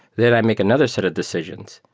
then i make another set of decisions.